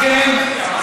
אם כן,